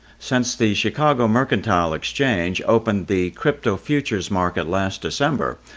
since the chicago mercantile exchange opened the crypto futures market last december,